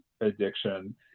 addiction